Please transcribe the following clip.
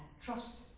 trust